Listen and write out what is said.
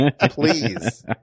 please